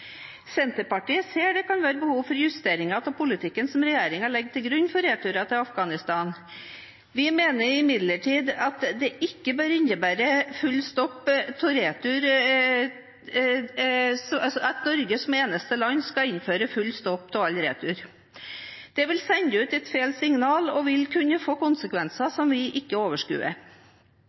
Senterpartiet ser at det kan være behov for justeringer av politikken som regjeringen legger til grunn for returer til Afghanistan. Vi mener imidlertid at det ikke bør innebære at Norge, som det eneste landet, skal innføre full stopp av alle returer. Det vil sende et feil signal og vil kunne få konsekvenser som vi ikke